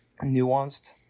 nuanced